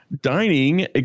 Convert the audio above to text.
dining